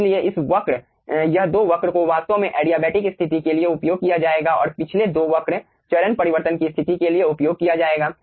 इसलिए इस वक्र यह दो वक्र को वास्तव में एडियाबेटिक स्थिति के लिए उपयोग किया जाएगा और पिछले दो वक्र चरण परिवर्तन की स्थिति के लिए उपयोग किया जाएगा